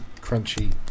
crunchy